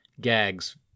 gags